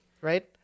right